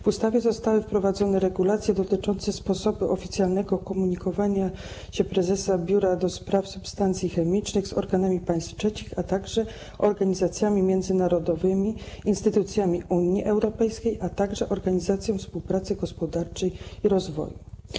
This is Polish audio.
W ustawie zostały wprowadzone regulacje dotyczące sposobu oficjalnego komunikowania się prezesa Biura do spraw Substancji Chemicznych z organami państw trzecich, jak również z organizacjami międzynarodowymi, instytucjami Unii Europejskiej, a także z Organizacją Współpracy Gospodarczej i Rozwoju.